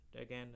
Again